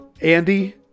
Andy